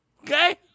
Okay